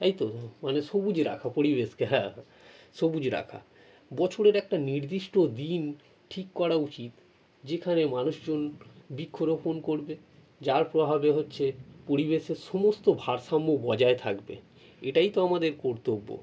তাই তো মানে সবুজ রাখা পরিবেশকে হ্যাঁ সবুজ রাখা বছরের একটা নির্দিষ্ট দিন ঠিক করা উচিত যেখানে মানুষজন বৃক্ষ রোপণ করবে যার প্রভাবে হচ্ছে পরিবেশে সমস্ত ভারসাম্য বজায় থাকবে এটাই তো আমাদের কর্তব্য